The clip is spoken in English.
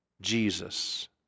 Jesus